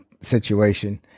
situation